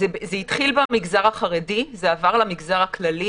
זה התחיל במגזר החרדי, זה עבר למגזר הכללי.